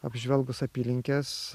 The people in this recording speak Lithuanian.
apžvelgus apylinkes